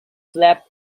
flap